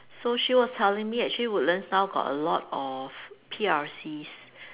so she was telling me actually Woodlands now got a lot of P_R_Cs